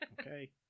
okay